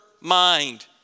mind